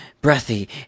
breathy